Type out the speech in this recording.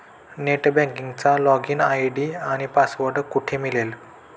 Net बँकिंगचा login ID आणि password कुठे मिळेल?